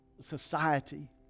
society